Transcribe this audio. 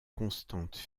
constantes